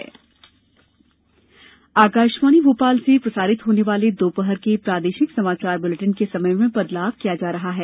प्रादेशिक समाचार समय आकाशवाणी भोपाल से प्रसारित होने वाले दोपहर के प्रादेशिक समाचार बुलेटिन के समय में बदलाव किया जा रहा है